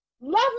love